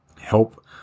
help